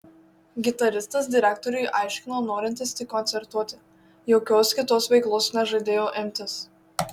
gitaristas direktoriui aiškino norintis tik koncertuoti jokios kitos veiklos nežadėjo imtis